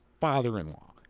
father-in-law